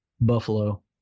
Buffalo